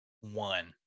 one